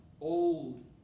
old